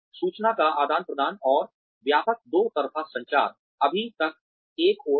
सूचना का आदान प्रदान और व्यापक दो तरफ़ा संचार अभी तक एक ओर है